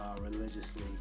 religiously